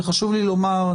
וחשוב לי לומר,